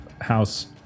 house